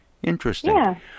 Interesting